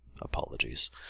Apologies